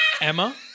Emma